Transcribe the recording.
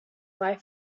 life